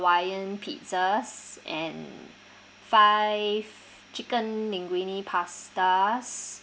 ~waiian pizzas and five chicken linguine pastas